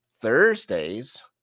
Thursdays